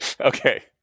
Okay